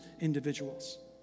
individuals